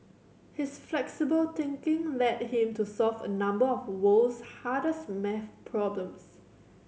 his flexible thinking led him to solve a number of world's hardest maths problems